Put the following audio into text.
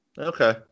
Okay